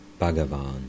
Bhagavan